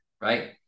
right